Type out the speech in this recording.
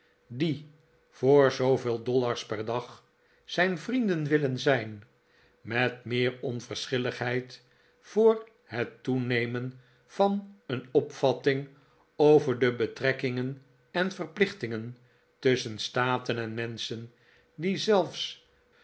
die voor zooveel dollars per dag zijn vrienden willen zijn met meer onverschilligheid voor het toenemen van een opvatting over de betrekkingen en verplichtingen tusschen staten en menschen die zelfs